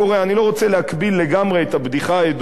אני לא רוצה להקביל לגמרי את הבדיחה הידועה,